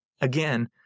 Again